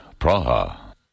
Praha